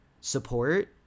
support